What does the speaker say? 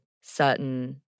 certain